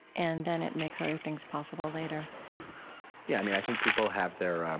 and then it makes other things possible later yeah, i think people have their um